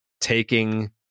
taking